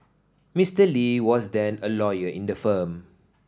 Mister Lee was then a lawyer in the firm